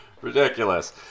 ridiculous